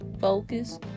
focus